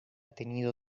tenido